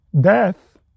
death